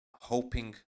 hoping